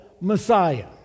Messiah